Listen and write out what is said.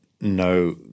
no